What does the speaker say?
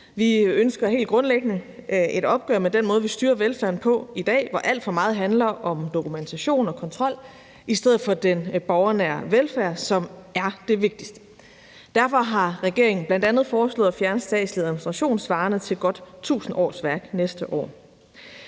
Vi ønsker helt grundlæggende et opgør med den måde, vi styrer velfærden på i dag, hvor alt for meget handler om dokumentation og kontrol i stedet for den borgernære velfærd, som er det vigtigste. Derfor har regeringen bl.a. foreslået at fjerne statslig administration svarende til godt 1.000 årsværk næste år.